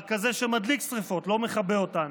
רק כזה שמדליק שרפות, לא מכבה אותן.